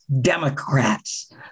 Democrats